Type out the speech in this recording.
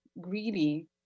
greedy